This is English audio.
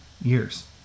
years